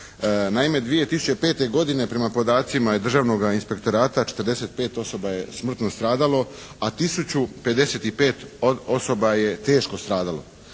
Naime, 2005. godine prema podacima iz Državnoga inspektorata 45 osoba je smrtno stradalo, a tisuću 055 osoba je teško stradalo.